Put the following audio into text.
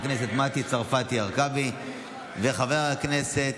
המוריש, התשפ"ג